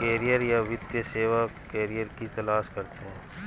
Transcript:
career या वित्तीय सेवा करियर की तलाश करते है